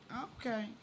Okay